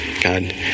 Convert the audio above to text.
God